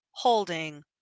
Holding